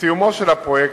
בסיומו של הפרויקט,